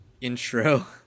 intro